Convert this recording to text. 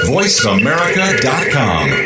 VoiceAmerica.com